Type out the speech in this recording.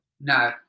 No